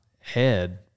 head